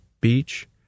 beach